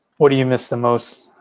what do you miss the most?